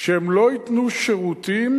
שהם לא ייתנו שירותים